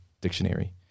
dictionary